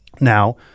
now